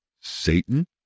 Satan